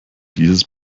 dieses